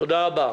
תודה רבה.